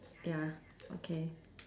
ya okay